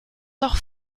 doch